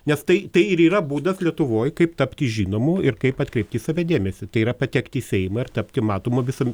nes tai ir yra būdas lietuvoje kaip tapti žinomu ir kaip atkreipti į save dėmesį tai yra patekti į seimą ir tapti matoma visam